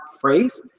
phrase